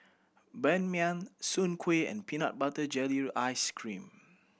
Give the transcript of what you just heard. Ban Mian Soon Kueh and peanut butter jelly ice cream